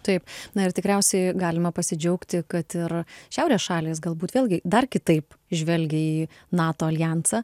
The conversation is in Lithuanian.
taip na ir tikriausiai galime pasidžiaugti kad ir šiaurės šalys galbūt vėlgi dar kitaip žvelgia į nato aljansą